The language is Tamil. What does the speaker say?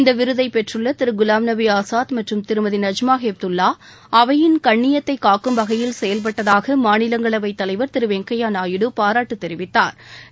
இந்த விருதை பெற்றுள்ள திரு குலாம் நபி ஆஸாத் மற்றும் திருமதி நஜ்மா ஹெப்துல்லா அவையின் கண்ணியத்தை காக்கும் வகையில் செயல்பட்டதாக மாநிலங்களவைத் தலைவர் திரு வெங்கையா நாயுடு பாராட்டு தெரிவித்தாா்